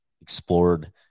explored